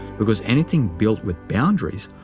because anything built with boundaries,